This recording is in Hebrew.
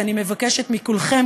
שאני מבקשת מכולכם,